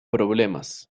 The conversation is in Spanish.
problemas